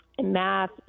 math